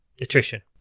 attrition